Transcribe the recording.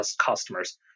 customers